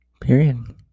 period